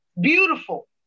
Beautiful